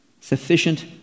Sufficient